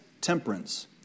temperance